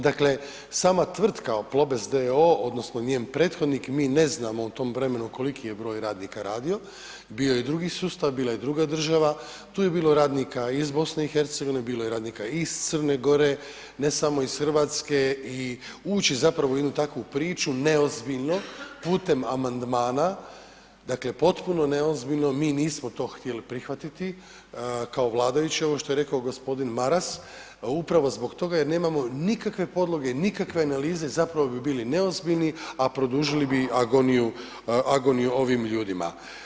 Dakle, sama tvrtka Plobest d.o.o. odnosno njen prethodnik, mi ne znamo u tom vremenu koliki je broj radnika radio, bio je drugi sustav, bila je druga država, tu je bilo radnika iz BiH, bilo je radnika i iz Crne Gore, ne samo iz RH i ući zapravo u jednu takvu priču neozbiljno putem amandmana, dakle potpuno neozbiljno, mi nismo to htjeli prihvatiti kao vladajući, ovo što je rekao g. Maras, upravo zbog toga jer nemamo nikakve podloge, nikakve analize, zapravo bi bili neozbiljni, a produžili bi agoniju, agoniju ovim ljudima.